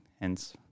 hence